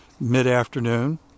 mid-afternoon